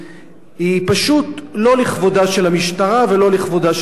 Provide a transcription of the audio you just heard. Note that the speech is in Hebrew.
היא פשוט לא לכבודה של המשטרה ולא לכבודה של המדינה.